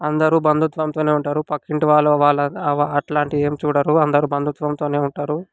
అందరూ బంధుత్వంతోనే ఉంటారు పక్కింటి వాళ్ళ వాళ్ళు అట్లాంటివి ఏమి చూడరు అందరూ బంధుత్వంతోనే ఉంటారు